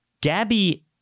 Gabby